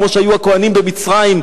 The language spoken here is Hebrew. כמו שהיו הכוהנים במצרים,